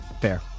fair